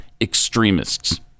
extremists